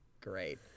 great